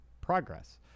progress